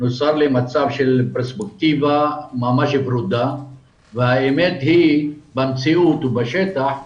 מתוארת פרספקטיבה ממש ורודה אבל האמת במציאות ובשטח,